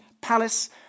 palace